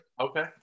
Okay